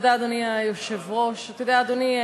אדוני היושב-ראש, תודה, אתה יודע, אדוני?